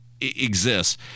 exists